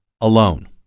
alone